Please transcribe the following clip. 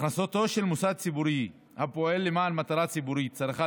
הכנסתו של מוסד ציבורי הפועל למען מטרה ציבורית צריכה